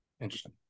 interesting